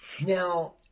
Now